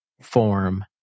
form